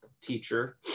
teacher